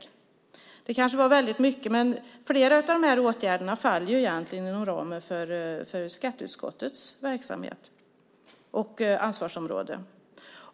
Detta var kanske väldigt mycket. Men flera av dessa åtgärder är egentligen inom ramen för skatteutskottets verksamhet och ansvarsområde.